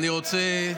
אני רוצה,